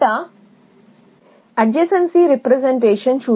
మొదట మరొకటి చేద్దాం ప్రక్కనే ఉన్న రీప్రెజెంటేషన్